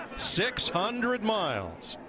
six hundred miles.